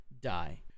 die